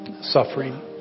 suffering